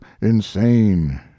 insane